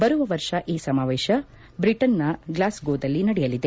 ಬರುವ ವರ್ಷ ಈ ಸಮಾವೇಶ ಬ್ರಿಟನ್ನ ಗ್ಲಾಸ್ಗೋದಲ್ಲಿ ನಡೆಯಲಿದೆ